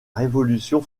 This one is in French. révolution